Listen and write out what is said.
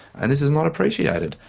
and this is not appreciated,